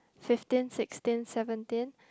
fifteen sixteen seventeen